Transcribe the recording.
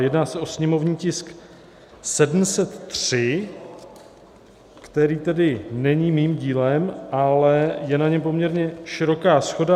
Jedná se o sněmovní tisk 703, který tedy není mým dílem, ale je na něm poměrně široká shoda.